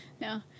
No